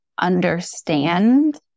understand